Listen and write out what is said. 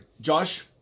Josh